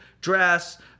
dress